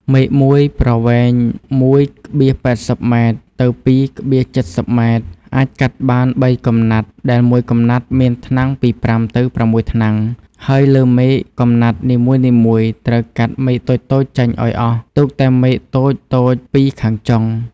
មែកមួយប្រវែង ១,៨០ ម៉ែត្រ ទៅ ២,៧០ ម៉ែត្រ អាចកាត់បាន៣កំណាត់ដែលមួយកំណាត់មានថ្នាំងពី ៥ ទៅ ៦ ថ្នាំង ហើយលើមែកកំណាត់នីមួយៗតម្រូវកាត់មែកតូចៗចេញឱ្យអស់ ទុកតែមែកតូចៗ២ ខាងចុង ។